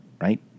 right